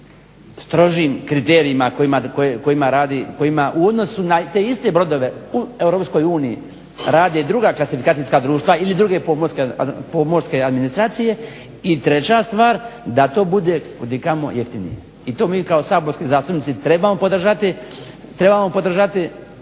strožijim kriterijima kojima u odnosu na te iste brodove u Europskoj uniji rade druga klasifikacijska društva ili druge pomorske administracije. I treća stvar, da to bude kudikamo jeftinije i to mi kao saborski zastupnici trebamo podržati.